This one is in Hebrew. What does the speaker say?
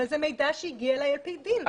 אבל זה מידע שהגיע אליי על פי דין,